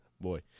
boy